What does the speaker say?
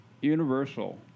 Universal